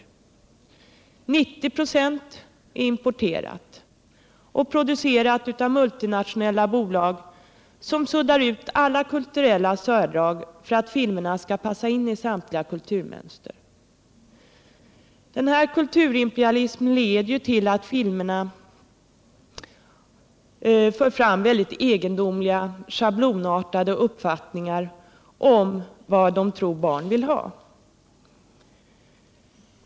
90 96 av utbudet är importerat och producerat av multinationella företag, som suddar ut alla kulturella särdrag för att filmerna skall passa in i samtliga kulturmönster. Denna kulturimperialism leder till att filmerna är fyllda av mycket egendomliga, schablonartade uppfattningar grundade på vad man tror att barn vill ha.